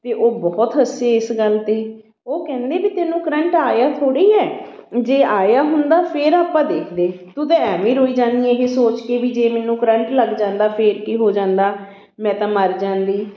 ਅਤੇ ਉਹ ਬਹੁਤ ਹੱਸੇ ਇਸ ਗੱਲ 'ਤੇ ਉਹ ਕਹਿੰਦੇ ਵੀ ਤੈਨੂੰ ਕਰੰਟ ਆਇਆ ਥੋੜ੍ਹੀ ਹੈ ਜੇ ਆਇਆ ਹੁੰਦਾ ਫਿਰ ਆਪਾਂ ਦੇਖਦੇ ਤੂੰ ਤਾਂ ਐਵੇਂ ਰੋਈ ਜਾਂਦੀ ਹੈ ਇਹ ਸੋਚ ਕੇ ਵੀ ਜੇ ਮੈਨੂੰ ਕਰੰਟ ਲੱਗ ਜਾਂਦਾ ਫਿਰ ਕੀ ਹੋ ਜਾਂਦਾ ਮੈਂ ਤਾਂ ਮਰ ਜਾਂਦੀ